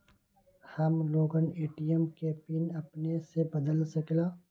हम लोगन ए.टी.एम के पिन अपने से बदल सकेला?